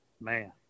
man